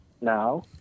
now